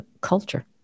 culture